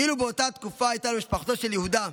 אילו באותה תקופה היה למשפחתו של יהודה,